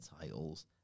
titles